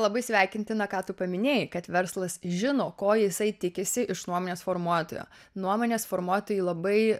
labai sveikintina ką tu paminėjai kad verslas žino ko jisai tikisi iš nuomonės formuotojo nuomonės formuotojui labai